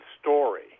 story